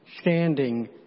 standing